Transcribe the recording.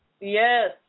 Yes